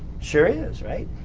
sure is, right?